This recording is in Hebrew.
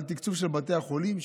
על התקצוב של בתי החולים,